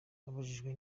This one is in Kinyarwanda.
abajijwe